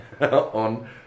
on